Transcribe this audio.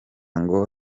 ngo